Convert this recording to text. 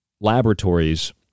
laboratories